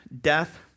death